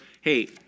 hey